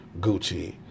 Gucci